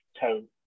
tone